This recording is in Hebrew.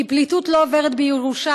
כי פליטות לא עוברת בירושה,